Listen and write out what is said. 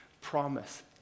promise